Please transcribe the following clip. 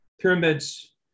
pyramids